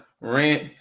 rent